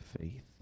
faith